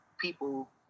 people